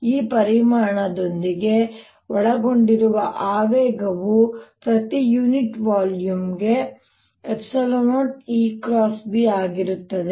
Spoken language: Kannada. ಈ ಪರಿಮಾಣದೊಂದಿಗೆ ಒಳಗೊಂಡಿರುವ ಆವೇಗವು ಪ್ರತಿ ಯೂನಿಟ್ ವಾಲ್ಯೂಮ್ 0 ಆಗಿರುತ್ತದೆ